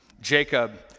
jacob